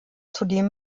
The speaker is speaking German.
zudem